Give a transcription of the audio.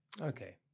Okay